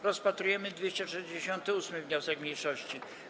Rozpatrujemy 268. wniosek mniejszości.